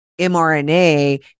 mRNA